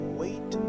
wait